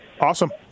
Awesome